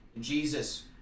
jesus